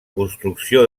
construcció